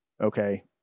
okay